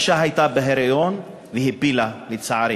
האישה הייתה בהיריון והפילה, לצערי,